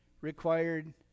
required